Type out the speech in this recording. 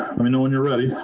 i mean know when you're ready.